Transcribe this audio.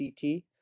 CT